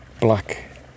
black